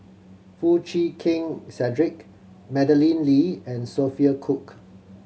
Foo Chee Keng Cedric Madeleine Lee and Sophia Cooke